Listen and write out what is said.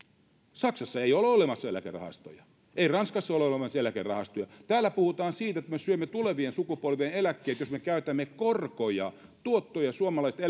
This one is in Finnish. saksassa ei ole olemassa eläkerahastoja ei ranskassa ole olemassa eläkerahastoja täällä puhutaan siitä että me syömme tulevien sukupolvien eläkkeet jos me käytämme korkoja tuottoja suomalaisten